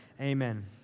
Amen